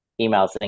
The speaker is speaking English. emails